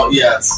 yes